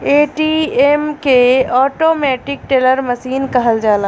ATM के automatic teller machine कहल जाला